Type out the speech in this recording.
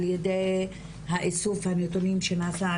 ע"י איסוף הנתונים שנעשה,